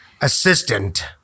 assistant